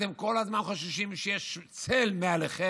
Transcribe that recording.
אתם כל הזמן חוששים שיש צל מעליכם